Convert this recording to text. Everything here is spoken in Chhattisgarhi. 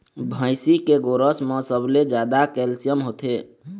भइसी के गोरस म सबले जादा कैल्सियम होथे